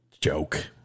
Joke